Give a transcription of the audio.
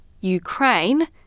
Ukraine